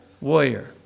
warrior